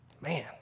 Man